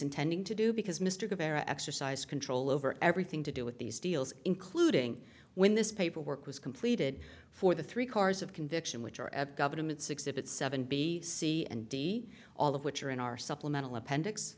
intending to do because mr guevara exercise control over everything to do with these deals including when this paperwork was completed for the three cars of conviction which are at government's exhibit seven b c and d all of which are in our supplemental appendix